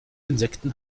insekten